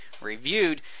reviewed